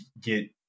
get